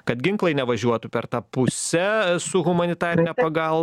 kad ginklai nevažiuotų per tą pusę su humanitarine pagal